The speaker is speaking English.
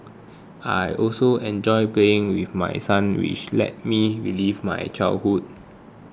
I also enjoy playing with my sons which lets me relive my childhood